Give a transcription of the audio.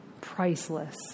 priceless